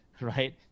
right